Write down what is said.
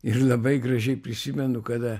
ir labai gražiai prisimenu kada